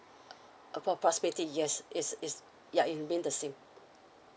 uh for proximity yes is is ya it means the same